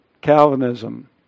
Calvinism